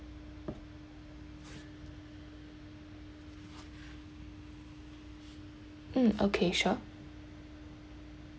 mm okay sure